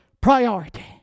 priority